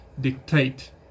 dictate